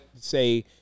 say